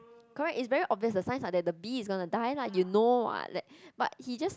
correct it's very obvious the signs are that B is gonna to die lah you know what that but he just